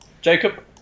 Jacob